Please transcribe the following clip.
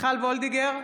מיכל וולדיגר,